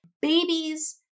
babies